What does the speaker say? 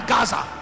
Gaza